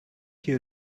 you